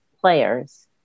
players